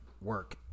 work